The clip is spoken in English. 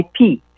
ip